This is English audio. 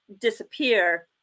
disappear